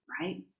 right